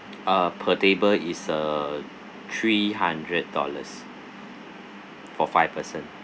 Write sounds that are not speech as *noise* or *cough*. *noise* uh per table is uh three hundred dollars for five person